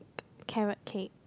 carrot cake